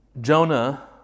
Jonah